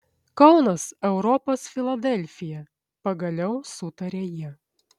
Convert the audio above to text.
kaunas europos filadelfija pagaliau sutarė jie